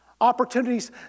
Opportunities